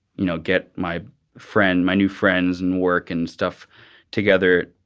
you know, get my friend, my new friends and work and stuff together.